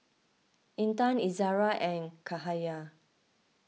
Intan Izara and Cahaya